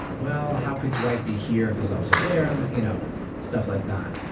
well, how could dwight be here if he's also there? and you know stuff like that.